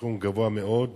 סכום גבוה מאוד.